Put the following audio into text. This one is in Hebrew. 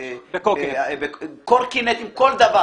תודה.